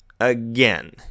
again